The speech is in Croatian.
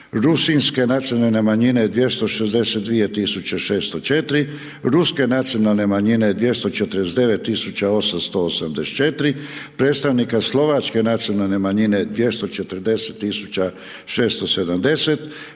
Rusinske nacionalne manjine 262 tisuće 604, Ruske nacionalne manjine 249 tisuća 884, predstavnika Slovačke nacionalna manjine 240